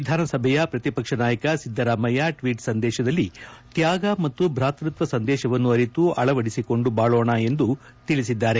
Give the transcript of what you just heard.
ವಿಧಾನಸಭೆಯ ಪ್ರತಿಪಕ್ಷ ನಾಯಕ ಸಿದ್ದರಾಮಯ್ಯ ಟ್ವೀಚ್ ಸಂದೇಶದಲ್ಲಿ ತ್ಯಾಗ ಮತ್ತು ಭ್ರಾತೃತ್ವ ಸಂದೇಶವನ್ನು ಅರಿತು ಅಳವಡಿಸಿಕೊಂಡು ಬಾಳೋಣ ಎಂದು ಹೇಳಿದ್ದಾರೆ